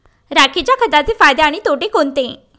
राखेच्या खताचे फायदे आणि तोटे कोणते?